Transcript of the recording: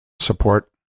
support